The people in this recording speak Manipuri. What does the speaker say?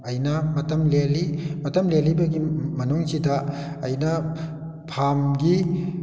ꯑꯩꯅ ꯃꯇꯝ ꯂꯦꯜꯂꯤ ꯃꯇꯝ ꯂꯦꯜꯂꯤꯕꯒꯤ ꯃꯅꯨꯡꯁꯤꯗ ꯑꯩꯅ ꯐꯥꯝꯒꯤ